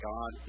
God